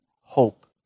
hope